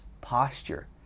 posture